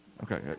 Okay